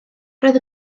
roedd